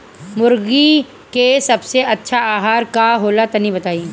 मुर्गी के सबसे अच्छा आहार का होला तनी बताई?